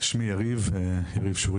שמי יריב שוריאן,